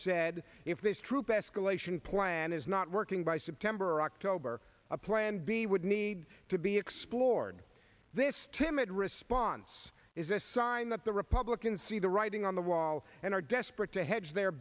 said if this troop escalation plan is not working by september october a plan b would need to be explored this timid response is a sign that the republicans see the writing on the wall and are desperate to he